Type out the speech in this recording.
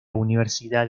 universidad